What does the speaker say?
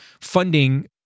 funding